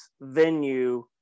venue